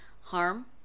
harm